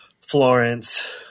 florence